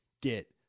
get